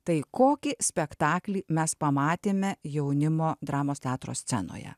tai kokį spektaklį mes pamatėme jaunimo dramos teatro scenoje